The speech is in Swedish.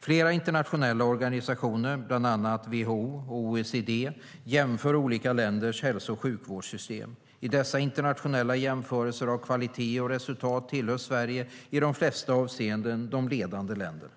Flera internationella organisationer, bland andra WHO och OECD, jämför olika länders hälso och sjukvårdssystem. I dessa internationella jämförelser av kvalitet och resultat tillhör Sverige i de flesta avseenden de ledande länderna.